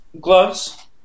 gloves